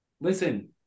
Listen